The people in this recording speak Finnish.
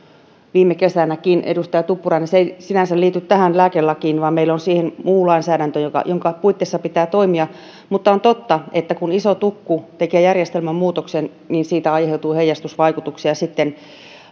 viime kesänäkin edustaja tuppurainen se ei sinänsä liity tähän lääkelakiin vaan meillä on siihen muu lainsäädäntö jonka puitteissa pitää toimia mutta on totta että kun iso tukku tekee järjestelmämuutoksen niin siitä aiheutuu heijastusvaikutuksia sitten